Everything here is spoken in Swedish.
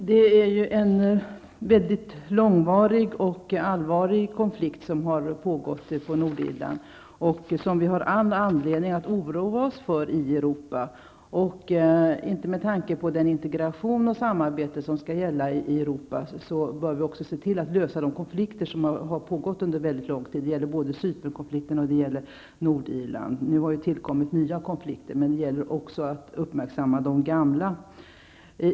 Herr talman! En långvarig och allvarlig konflikt pågår på Nordirland. Vi har all anledning att oroa oss för den i Europa. Inte minst med tanke på den integration och det samarbete som skall gälla i Europa bör vi också se till att lösa de konflikter som har pågått under mycket lång tid. Det gäller konflikten både på Cypern och på Nordirland. Det har nu tillkommit nya konflikter, men det gäller också att uppmärksamma de gamla.